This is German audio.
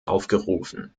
aufgerufen